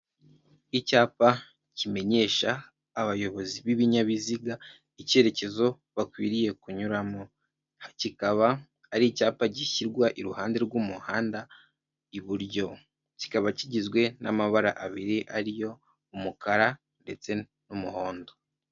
Icyapa kimenyesha abayobozi b'ibinyabiziga icyerekezo bakwiriye kunyuramo .Kikaba ari icyapa gishyirwa iruhande rw'umuhanda iburyo, kikaba kigizwe n'amabara abiri ariyo umukara ndetse n'umuhondo.